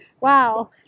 Wow